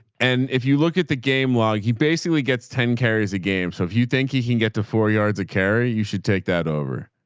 and if you look at the game while he basically gets ten carries a game. so if you think he can get to four yards of carry, you should take that over.